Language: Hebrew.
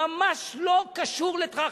זה ממש לא קשור לטרכטנברג.